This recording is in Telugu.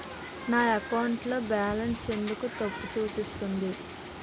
నా అకౌంట్ లో బాలన్స్ ఎందుకు తప్పు చూపిస్తుంది?